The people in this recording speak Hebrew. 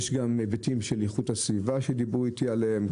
יש גם היבטים של איכות הסביבה שדיברו איתי עליהם,